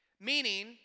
Meaning